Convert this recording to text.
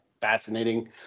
fascinating